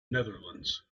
netherlands